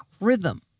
rhythm